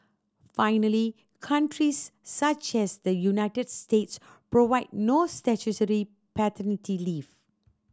finally countries such as the United States provide no paternity leave